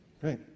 Great